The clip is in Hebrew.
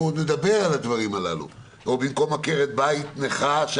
עוד נדבר על הדברים האלה, כמו למשל עקרת בית נכה.